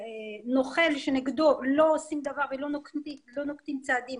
נוכל שנגדו לא עושים דבר ולא נוקטים צעדים